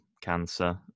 cancer